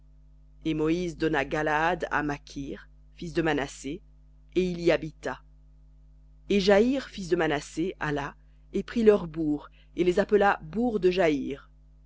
et moïse donna galaad à makir fils de manassé et il y habita et jaïr fils de manassé alla et prit leurs bourgs et les appela bourgs de